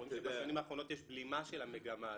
אנחנו רואים שבשנים האחרונות יש בלימה של המגמה הזאת,